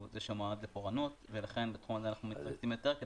זה שמיועד לפורענות ולכן בתחום הזה אנחנו מתרכזים יותר.